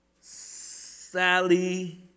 Sally